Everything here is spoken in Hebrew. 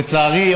לצערי,